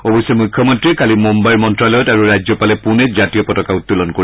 অৱশ্যে মুখ্যমন্ত্ৰীয়ে কালি মুন্নাইৰ মন্ত্যালয়ত আৰু ৰাজ্যপালে পুনেত জাতীয় পতাকা উত্তোলন কৰিব